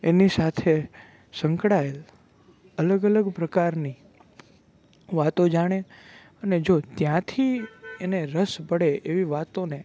એની સાથે સંકળાયેલ અલગ અલગ પ્રકારની વાતો જાણે અને જો ત્યાંથી એને રસ પડે એવી વાતોને